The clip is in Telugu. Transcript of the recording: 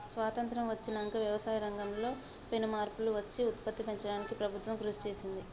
స్వాసత్రం వచ్చినంక వ్యవసాయ రంగం లో పెను మార్పులు వచ్చి ఉత్పత్తి పెంచడానికి ప్రభుత్వం కృషి చేసింది